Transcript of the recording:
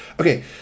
Okay